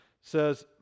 says